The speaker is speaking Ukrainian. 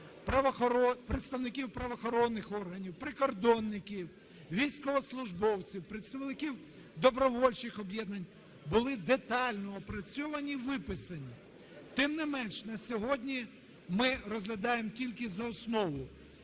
представників правоохоронних органів, прикордонників, військовослужбовців, представників добровольчих об'єднань, були детально опрацьовані і виписані. Тим не менш, на сьогодні ми розглядаємо тільки за основу.